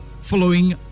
Following